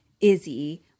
Izzy